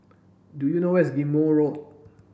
do you know where is Ghim Moh Road